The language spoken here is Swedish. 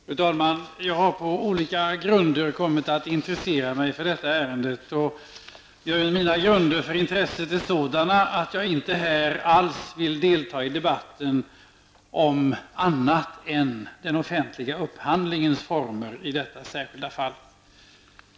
Fru talman! Jag har på olika grunder kommit att intressera mig för detta ärende. Dessa grunder är sådana att jag här inte alls vill delta i debatten om annat än den offentliga upphandlingens former i detta särskilda fall.